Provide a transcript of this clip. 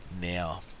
now